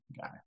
guy